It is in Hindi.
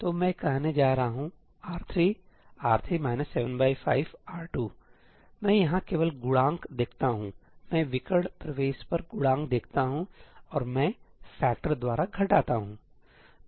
तो मैं कहने जा रहा हूं R3 ← R3 75 R2 मैं यहां केवल गुणांक देखता हूं मैं विकर्ण प्रवेश पर गुणांक देखता हूं और मैं फैक्टर द्वारा घटाता हूंसही